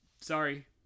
Sorry